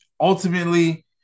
ultimately